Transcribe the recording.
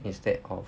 instead of